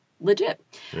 legit